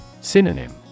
Synonym